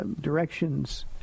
directions